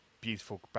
beautiful